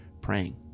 praying